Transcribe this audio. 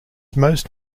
most